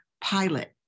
pilot